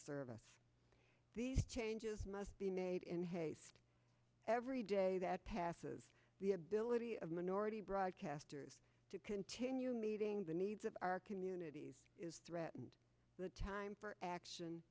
service these changes must be made in haste every day that passes the ability of minority broadcasters to continue meeting the needs of our communities is threatened the time for action